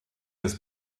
des